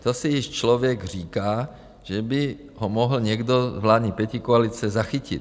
To si již člověk říká, že by ho mohl někdo z vládní pětikoalice zachytit.